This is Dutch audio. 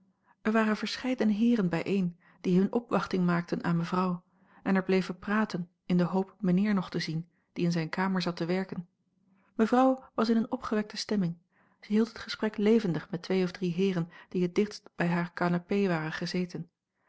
er waren verscheidene heeren bijeen die hunne opwachting maakten aan mevrouw en er bleven praten in de hoop mijnheer nog te zien die in zijne kamer zat te werken mevrouw was in eene opgewekte stemming zij hield het gesprek levendig met twee of drie heeren die het dichtst bij haar canapé waren gezeten